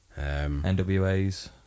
NWAs